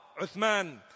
Uthman